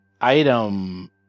item